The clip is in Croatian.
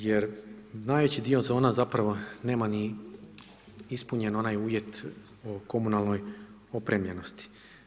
Jer najveći dio zona zapravo nema ni ispunjen onaj uvjet o komunalnoj opremljenosti.